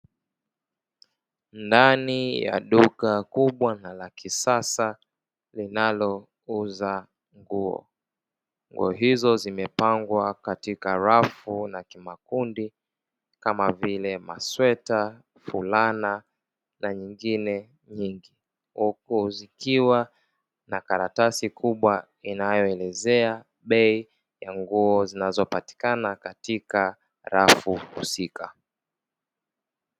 Ndani ya duka kubwa na la kisasa linalouza nguo. Nguo hizo zimepangwa katika rafu na kimakundi kama vile masweta, fulana na nyingine nyingi. Huku zikiwa na karatasi kubwa inayoelezea bei ya nguo zinazopatikana katika rafu husika.